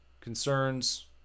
concerns